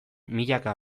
milaka